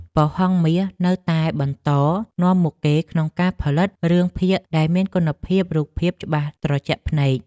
ប៉ុស្តិ៍ហង្សមាសនៅតែបន្តនាំមុខគេក្នុងការផលិតរឿងភាគដែលមានគុណភាពរូបភាពច្បាស់ត្រជាក់ភ្នែក។